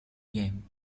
game